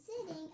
sitting